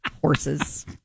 horses